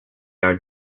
are